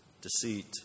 deceit